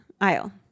aisle